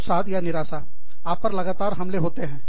अवसाद निराशा आप पर लगातार हमले होते हैं